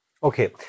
Okay